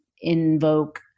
invoke